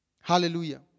Hallelujah